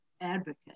advocate